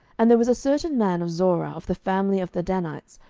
and there was a certain man of zorah, of the family of the danites,